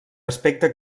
aspecte